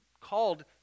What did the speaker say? called